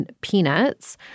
peanuts